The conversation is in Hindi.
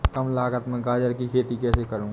कम लागत में गाजर की खेती कैसे करूँ?